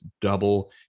double